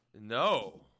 No